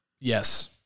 yes